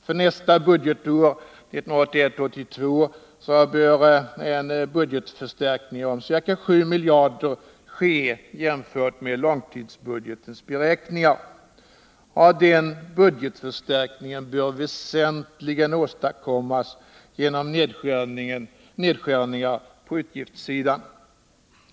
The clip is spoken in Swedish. För budgetåret 1980/81 bör en budgetförstärkning om ca 7 miljarder ske jämfört med långtidsbudgetens beräkningar, och den budgetförstärkningen bör väsentligen åstadkommas genom nedskärningar på utgiftssidan.